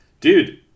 dude